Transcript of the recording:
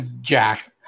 Jack